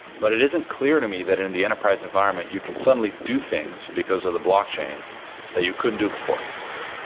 but it isn't clear to me that in the enterprise environment, you can certainly do things because of the blockchain that you couldn't do before.